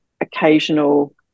occasional